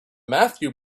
matthew